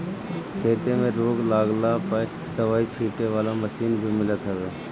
खेते में रोग लागला पअ दवाई छीटे वाला मशीन भी मिलत हवे